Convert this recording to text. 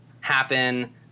happen